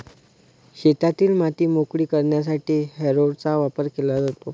शेतातील माती मोकळी करण्यासाठी हॅरोचा वापर केला जातो